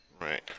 right